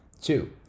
Two